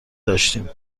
داشتیم